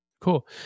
Cool